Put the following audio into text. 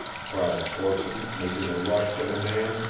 cried corson, making a rush for the man,